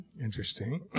Interesting